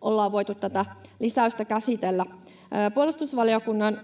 ollaan voitu tätä lisäystä käsitellä. Puolustusvaliokunnan